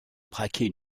braquer